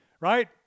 right